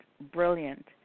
brilliant